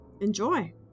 Enjoy